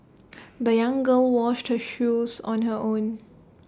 the young girl washed her shoes on her own